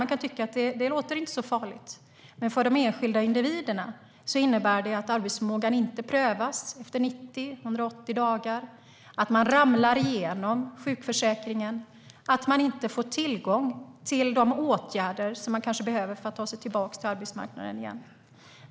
Man kan tycka att det inte låter så farligt, men för de enskilda individerna innebar det att arbetsförmågan inte prövades efter 90 och 180 dagar, att de ramlade igenom sjukförsäkringen och inte fick tillgång till de åtgärder som behövs för att ta sig tillbaka till arbetsmarknaden igen.